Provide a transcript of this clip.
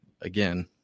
again